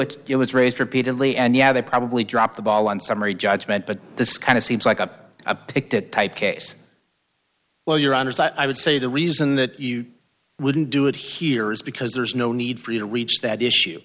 it was raised repeatedly and yeah they probably dropped the ball on summary judgment but this kind of seems like up a pick that type case well your honor i would say the reason that you wouldn't do it here is because there's no need for you to reach that issue